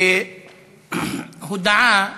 הודעה